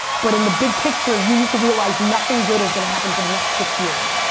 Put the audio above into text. but in the big picture you need to realize nothing good is gonna happen for the next six years.